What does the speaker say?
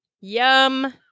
Yum